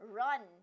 run